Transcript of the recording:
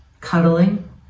cuddling